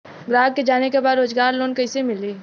ग्राहक के जाने के बा रोजगार लोन कईसे मिली?